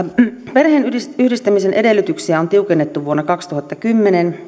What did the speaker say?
perheenyhdistämisen edellytyksiä on tiukennettu vuonna kaksituhattakymmenen